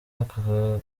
aka